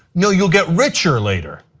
no, you will get richer later.